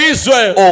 Israel